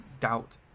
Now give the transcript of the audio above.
Doubt